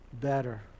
better